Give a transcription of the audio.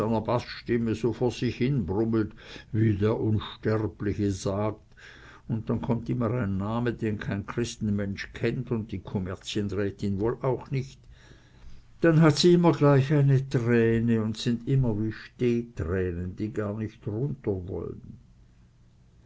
baßstimme so vor sich hin brummelt wie der unsterbliche sagt un dann kommt immer ein name den kein christenmensch kennt un die kommerzienrätin woll auch nich dann hat sie gleich immer ihre träne un sind immer wie stehtränen die gar nich runter wolln